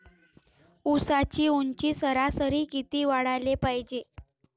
ऊसाची ऊंची सरासरी किती वाढाले पायजे?